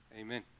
Amen